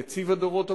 נציב הדורות הבאים,